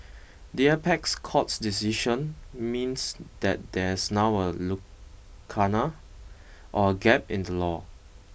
the apex court's decision means that there is now a lacuna or a gap in the law